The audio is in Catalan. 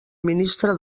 ministre